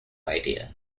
idea